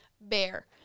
bear